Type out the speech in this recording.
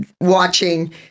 watching